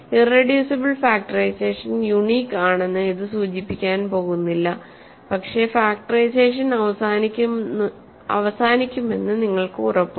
irreducible factorisation unique ആണെന്ന് ഇത് സൂചിപ്പിക്കാൻ പോകുന്നില്ല പക്ഷേ ഫാക്റ്ററൈസേഷൻ അവസാനിക്കുമെന്ന് നിങ്ങൾക്ക് ഉറപ്പുണ്ട്